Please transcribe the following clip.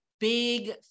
Big